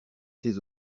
tes